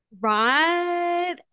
Right